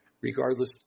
Regardless